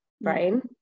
brain